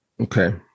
Okay